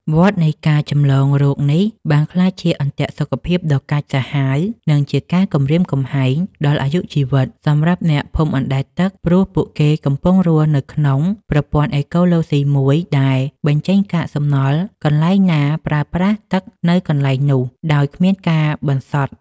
វដ្តនៃការចម្លងរោគនេះបានក្លាយជាអន្ទាក់សុខភាពដ៏កាចសាហាវ និងជាការគំរាមកំហែងដល់អាយុជីវិតសម្រាប់អ្នកភូមិអណ្តែតទឹក ព្រោះពួកគេកំពុងរស់នៅក្នុងប្រព័ន្ធអេកូឡូស៊ីមួយដែល បញ្ចេញកាកសំណល់កន្លែងណា ប្រើប្រាស់ទឹកនៅកន្លែងនោះ ដោយគ្មានការបន្សុទ្ធ។